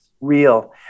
real